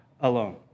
alone